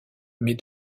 mais